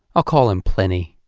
i'll call him pliny.